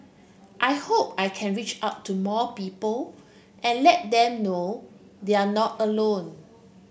I hope I can reach out to more people and let them know they're not alone